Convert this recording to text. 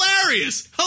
Hilarious